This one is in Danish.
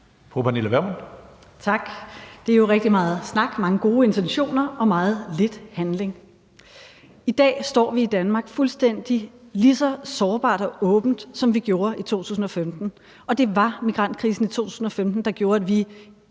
Pernille Vermund (NB): Tak. Det er jo rigtig meget snak, mange gode intentioner og meget lidt handling. I dag står vi i Danmark fuldstændig lige så sårbart og åbent, som vi gjorde i 2015, og det var migrantkrisen i 2015, der gjorde, at vi